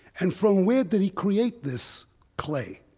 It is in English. and from where did he create this clay?